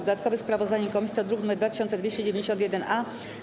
Dodatkowe sprawozdanie komisji to druk nr 2291-A.